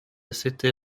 city